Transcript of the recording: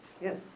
Yes